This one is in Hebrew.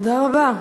תודה רבה.